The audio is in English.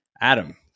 Adam